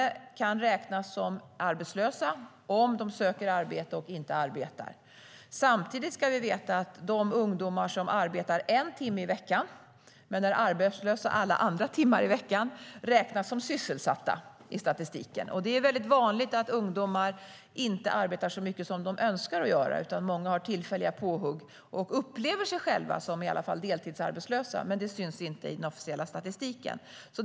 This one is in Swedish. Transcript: De kan räknas som arbetslösa om de söker arbete och inte arbetar. Samtidigt ska vi veta att ungdomar som arbetar en timme i veckan men är arbetslösa alla andra timmar i veckan räknas som sysselsatta i statistiken. Det är vanligt att ungdomar inte arbetar så mycket som de önskar. Många har tillfälliga påhugg och upplever sig själva som i alla fall deltidsarbetslösa. Men det syns inte i den officiella statistiken.